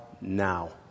now